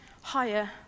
higher